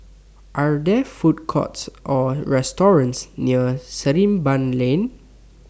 Are There Food Courts Or restaurants near Sarimbun Lane